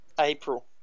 April